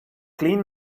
clean